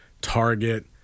Target